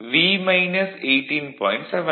75 1 V 18